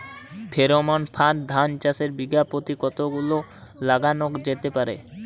Pheromone ফাঁদ ধান চাষে বিঘা পতি কতগুলো লাগানো যেতে পারে?